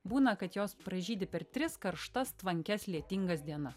būna kad jos pražydi per tris karštas tvankias lietingas dienas